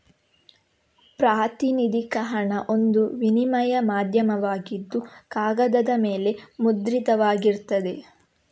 ಪ್ರಾತಿನಿಧಿಕ ಹಣ ಒಂದು ವಿನಿಮಯ ಮಾಧ್ಯಮವಾಗಿದ್ದು ಕಾಗದದ ಮೇಲೆ ಮುದ್ರಿತವಾಗಿರ್ತದೆ